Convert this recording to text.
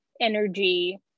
energy